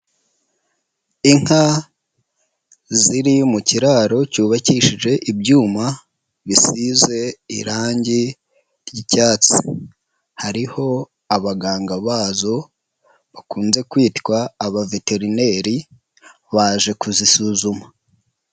Inka ziri mu kiraro cyubakishije ibyuma bisize irangi ry'icyatsi. Hariho abaganga bazo bakunze kwitwa abaveterineri baje kuzisuzuma.